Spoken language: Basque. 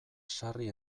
sarri